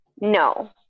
No